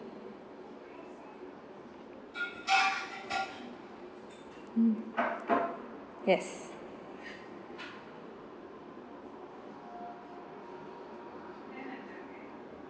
hmm yes